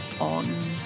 on